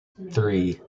three